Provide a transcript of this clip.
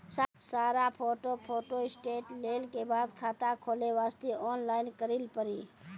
सारा photo photostat लेल के बाद खाता खोले वास्ते ऑनलाइन करिल पड़ी?